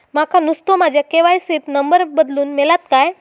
माका नुस्तो माझ्या के.वाय.सी त नंबर बदलून मिलात काय?